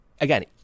again